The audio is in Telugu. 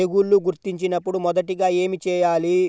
తెగుళ్లు గుర్తించినపుడు మొదటిగా ఏమి చేయాలి?